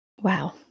Wow